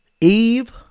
Eve